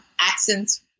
accents